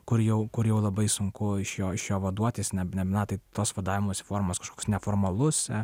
kur jau kur jau labai sunku iš jo iš jo vaduotis na na tos vadavimosi formos kažkoks neformalus